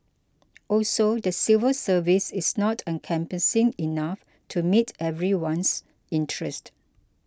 also the civil service is not encompassing enough to meet everyone's interest